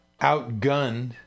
outgunned